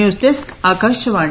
news desk Akashvani